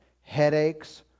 Headaches